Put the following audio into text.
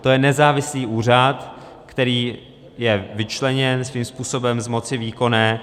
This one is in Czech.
To je nezávislý úřad, který je vyčleněn svým způsobem z moci výkonné.